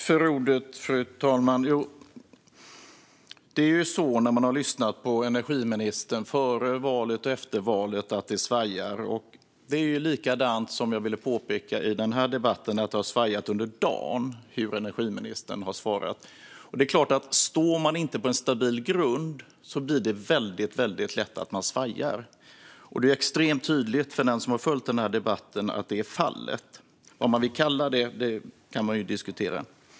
Fru talman! När man har lyssnat på energiministern före valet och efter valet hör man att det svajar. Jag vill också påpeka att det har svajat under dagen i dag när det gäller hur energiministern har svarat. Står man inte på en stabil grund blir det lätt att man svajar. Det är extremt tydligt för den som har följt den här debatten att så är fallet. Vad det ska kallas kan man diskutera.